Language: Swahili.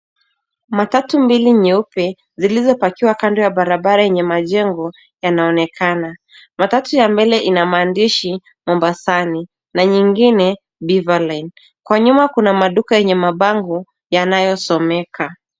Matatu mbili nyeupe zilizopakiwa kando ya barabara enye majengo yanaonekana. Matatu ya mbele ina maandishi Mombasani na nyingine Beaverline . Kwa nyuma kuna maduka yenye mabongo yanayosomeka.